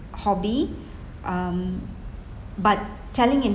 hobby um but telling him~